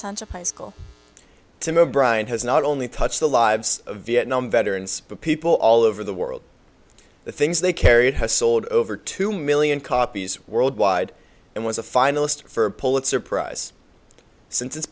of high school tim o'brien has not only touched the lives of vietnam veterans but people all over the world the things they carried has sold over two million copies worldwide and was a finalist for a pulitzer prize since it